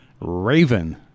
Raven